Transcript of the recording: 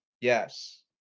yes